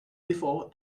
before